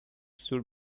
should